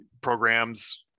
programs